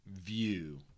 view